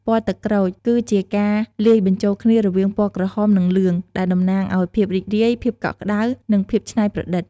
ពណ៌ទឹកក្រូច គឺជាការលាយបញ្ចូលគ្នារវាងពណ៌ក្រហម និងលឿង ដែលតំណាងឱ្យ ភាពរីករាយ ភាពកក់ក្តៅ និងភាពច្នៃប្រឌិត។